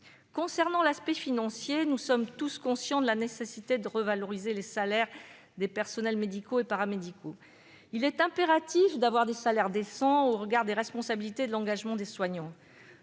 Concernant l'aspect financier, nous sommes tous conscients de la nécessité de revaloriser les salaires des personnels médicaux et paramédicaux. Il est impératif de fixer des salaires décents au regard des responsabilités et de l'engagement des soignants.